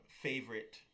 favorite